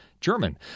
German